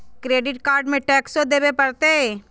Credit card में टेक्सो देवे परते?